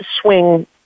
swing